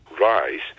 rise